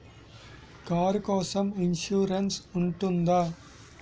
Car కోసం insurance ఉంటుందా?